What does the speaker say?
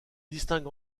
distingue